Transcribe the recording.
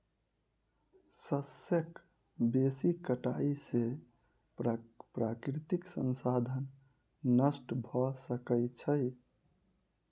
शस्यक बेसी कटाई से प्राकृतिक संसाधन नष्ट भ सकै छै